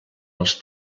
els